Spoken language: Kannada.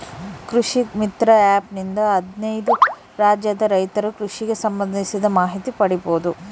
ಕೃಷಿ ಮಿತ್ರ ಆ್ಯಪ್ ನಿಂದ ಹದ್ನೇಳು ರಾಜ್ಯದ ರೈತರು ಕೃಷಿಗೆ ಸಂಭಂದಿಸಿದ ಮಾಹಿತಿ ಪಡೀಬೋದು